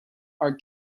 are